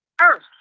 Earth